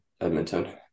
Edmonton